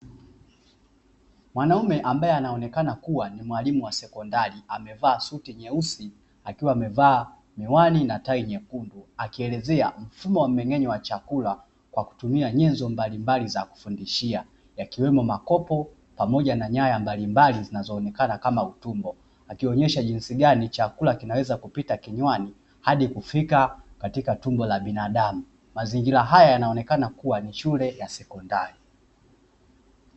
Mwanaume ambaye anaonekana kuwa ni mwalimu wa sekondari amevaa suti nyeusi, akiwa amevaa miwani na tai nyekundu. Akielezea mfumo wa mmeng’enyo wa chakula kwa kutumia nyenzo mbalimbali za kufundishia, yakiwemo makopo pamoja na nyaya mbalimbali zinazoonekana kama utumbo. Anaonyesha jinsi chakula kinavyoweza kupita kinywani hadi kufika tumboni mwa binadamu. Mazingira haya yanaonekana kuwa ni shule ya sekondari.